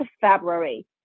February